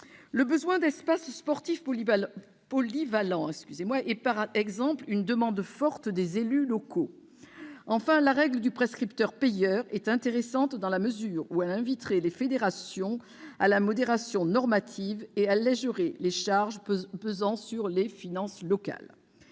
Le besoin d'espaces sportifs polyvalents est, par exemple, une demande forte des élus locaux. Enfin, la règle du « prescripteur-payeur » est intéressante dans la mesure où elle inviterait les fédérations à la modération normative et allégerait les charges pesant sur les finances locales.